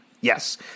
Yes